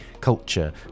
culture